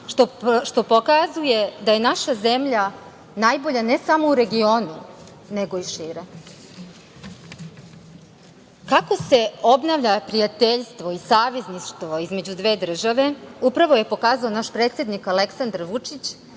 što pokazuje da je naša zemlja najbolja ne samo u regionu, nego i šire. Kako se obnavlja prijateljstvo i savezništvo između dve države, upravo je pokazao naš predsednik Aleksandar Vučić